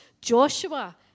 Joshua